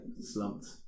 slumped